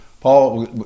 Paul